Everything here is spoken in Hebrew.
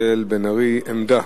חבר הכנסת מיכאל בן-ארי, עמדה.